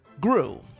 grew